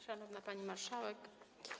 Szanowna Pani Marszałek!